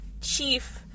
chief